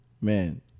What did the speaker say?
Man